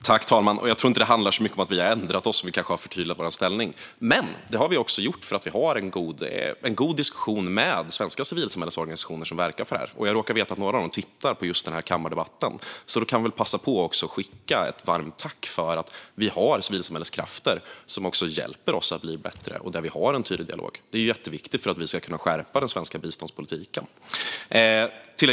Fru talman! Jag tror inte att det handlar så mycket om att vi har ändrat oss. Vi kanske har förtydligat vår ställning, men det har vi också gjort för att vi har en god diskussion med svenska civilsamhällesorganisationer som verkar för det här. Jag råkar veta att några av dem tittar på just den här kammardebatten, så jag vill passa på att skicka ett varmt tack till civilsamhällets krafter, som vi har en tydlig dialog med och som hjälper oss att bli bättre. Det är jätteviktigt för att vi ska kunna skärpa den svenska biståndspolitiken.